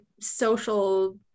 social